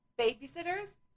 Babysitters